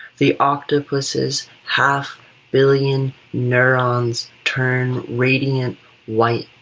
the octopus's half billion neurons turn radiant white